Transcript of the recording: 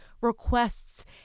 requests